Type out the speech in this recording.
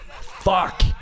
Fuck